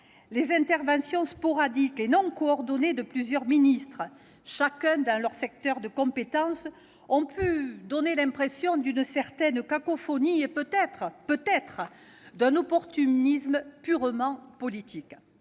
les interventions sporadiques et non coordonnées de plusieurs ministres, chacun dans leur secteur de compétences, ont pu donner l'impression d'une certaine cacophonie et, peut-être, d'un opportunisme purement politique.